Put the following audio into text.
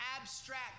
abstract